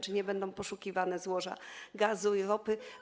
Czy nie będą poszukiwane złoża gazu i ropy?